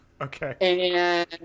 okay